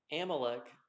Amalek